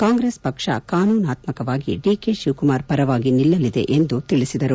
ಕಾಂಗ್ರೆಸ್ ಪಕ್ಷ ಕಾನೂನಾತ್ಮಕವಾಗಿ ಡಿಕೆ ಶಿವಕುಮಾರ್ ಪರವಾಗಿ ನಿಲ್ಲಲಿದೆ ಎಂದು ತಿಳಿಸಿದರು